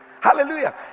Hallelujah